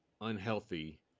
unhealthy